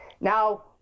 now